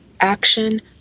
action